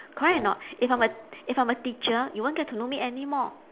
correct or not if I'm a if I'm a teacher you won't get to know me anymore